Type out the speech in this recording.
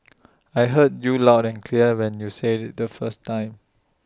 I heard you loud and clear when you said IT the first time